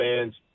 fans